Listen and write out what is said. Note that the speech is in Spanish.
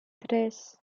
tres